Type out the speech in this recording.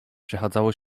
przechadzało